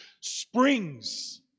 Springs